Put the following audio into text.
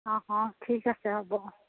অ' অ' ঠিক আছে হ'ব